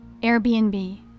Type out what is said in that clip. Airbnb